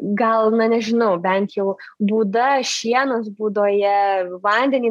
gal na nežinau bent jau būda šienas būdoje ar vandenį